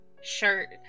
shirt